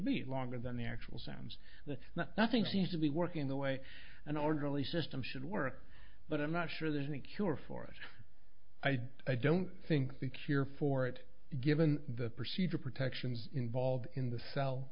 be longer than the actual sounds that nothing seems to be working the way an orderly system should work but i'm not sure there's any cure for it i don't think the cure for it given the procedural protections involved in the cell